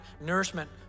nourishment